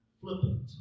flippant